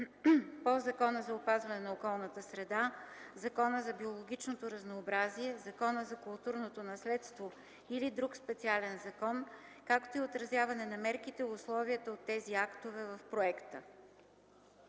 по Закона за опазване на околната среда, Закона за биологичното разнообразие, Закона за културното наследство или друг специален закон, както и отразяване на мерките и условията от тези актове в проекта.”